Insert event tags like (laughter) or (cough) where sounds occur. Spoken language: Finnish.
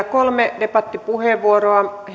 (unintelligible) kolme debattipuheenvuoroa